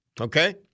okay